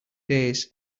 days